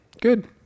Good